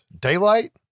daylight